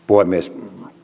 puhemies